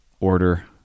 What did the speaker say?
order